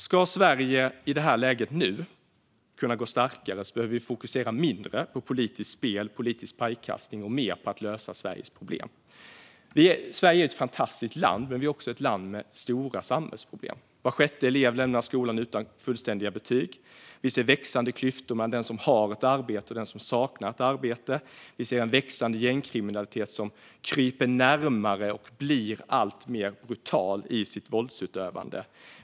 Ska Sverige i det här läget kunna gå starkare ska vi fokusera mindre på politiskt spel och politisk pajkastning och mer på att lösa Sveriges problem. Sverige är ett fantastiskt land men också ett land med stora samhällsproblem. Var sjätte elev lämnar skolan utan fullständiga betyg. Vi ser växande klyftor mellan den som har ett arbete och den som saknar ett arbete. Vi ser en växande gängkriminalitet som kryper närmare och blir alltmer brutal i sitt våldsutövande.